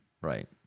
Right